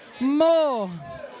More